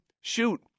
shoot